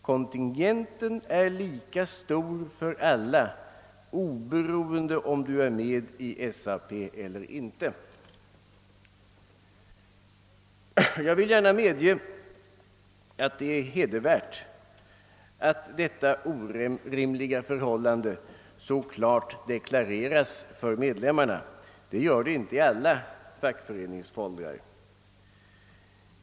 Kontingenten är lika för alla oberoende om Du är med i SAP eller inte.» Jag medger gärna att det är hedervärt att detta orimliga förhållande så klart deklareras för medlemmarna. Detta sker inte i alla fackföreningsfolders.